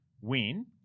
win